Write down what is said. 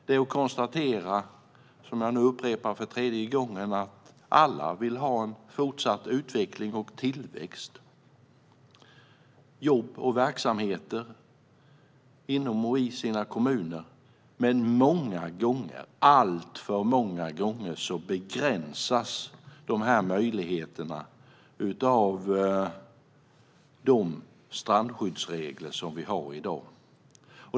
Man kan konstatera att - som jag nu upprepar för tredje gången - alla vill ha fortsatt utveckling och tillväxt med jobb och verksamheter i kommunen. Men alltför många gånger begränsas dessa möjligheter av de strandskyddsregler som vi har i dag.